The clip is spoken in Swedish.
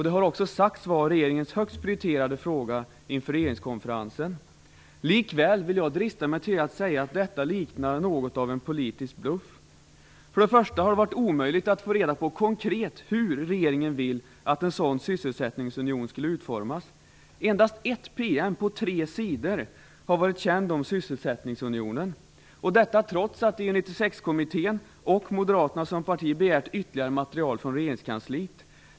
Det har också sagts vara regeringens högst prioriterade fråga inför regeringskonferensen. Likväl vill jag drista mig till att säga att detta liknar något av en politisk bluff. För det första har det varit omöjligt att konkret få reda på hur regeringen vill att en sådan sysselsättningsunion skulle utformas. Endast en PM på tre sidor har varit känd om sysselsättningsunionen - och detta trots att EU 96-kommittén och Moderata samlingspartiet begärt ytterligare material från regeringskansliet.